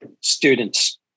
students